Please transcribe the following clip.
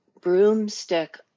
broomstick